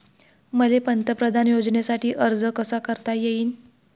मले पंतप्रधान योजनेसाठी अर्ज कसा कसा करता येईन?